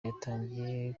yatangiye